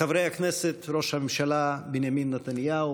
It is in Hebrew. חברי הכנסת ראש הממשלה בנימין נתניהו